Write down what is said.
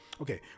Okay